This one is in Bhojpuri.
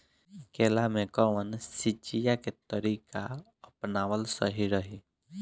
केला में कवन सिचीया के तरिका अपनावल सही रही?